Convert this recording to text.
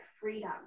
freedom